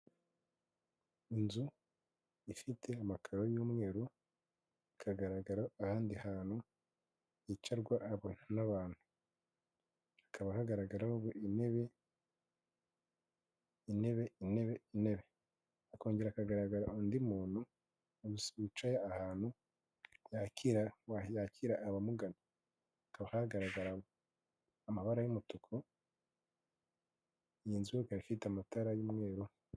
Inzu ifite amakaro y'umweru ikagaragara ahandi hantu hicarwa n'abantu hakaba hagaragaraho intebe, hakongera hakagaragara undi muntu wicaye ahantu yakira abamugana hagaragaraga amabara y'umutuku, iyi nzu ifite amatara y'umweru.